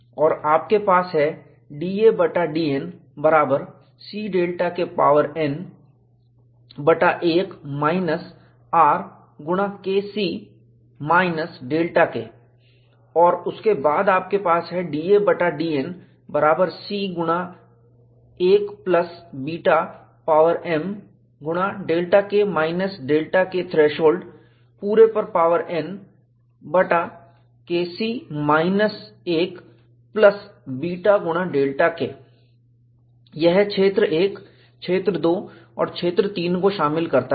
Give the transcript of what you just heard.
और आपके पास है da बटा dN बराबर C Δ K पावर n बटा एक माइनस r गुणा K C माइनस Δ K उसके बाद आपके पास है d a बटा dN बराबर C गुणा 1 प्लस बीटा पावर m गुणा Δ K माइनस Δ K थ्रेशोल्ड पूरे पर पावर n बटा K C minus 1 plus beta गुणा Δ K यह क्षेत्र I क्षेत्र II तथा क्षेत्र III को शामिल करता है